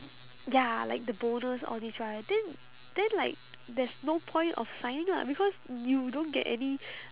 ya like the bonus all these right then then like there's no point of signing lah because you don't get any